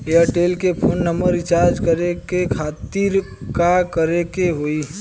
Airtel के phone number recharge करे के खातिर का करे के होई?